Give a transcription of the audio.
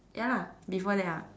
ya lah before that ah